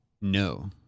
No